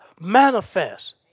manifest